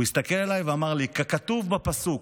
הוא הסתכל עליי ואמר לי: ככתוב בפסוק: